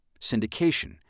syndication